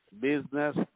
business